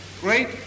great